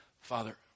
Father